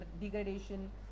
degradation